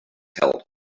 held